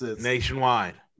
Nationwide